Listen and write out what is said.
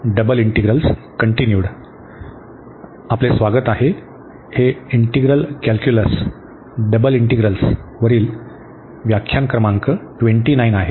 तर स्वागत आहे हे इंटिग्रल कॅल्क्युलस डबल इंटिग्रल्स वरील व्याख्यान क्रमांक 29 आहे